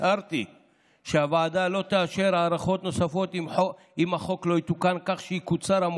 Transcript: הצהרתי שהוועדה לא תאשר הארכות נוספות אם החוק לא יתוקן כך שיקוצר הזמן